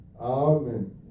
Amen